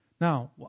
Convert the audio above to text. Now